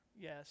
Yes